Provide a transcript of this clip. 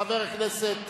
חבר הכנסת